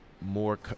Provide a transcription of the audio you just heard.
more